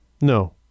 no